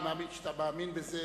אני מאמין שאתה מאמין בזה.